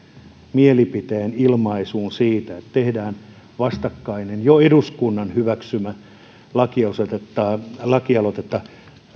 mielipiteen ilmaisuun siitä että tehdään vastakkainen jo eduskunnan hyväksymää lakialoitetta lakialoitetta